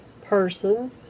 person